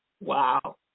Wow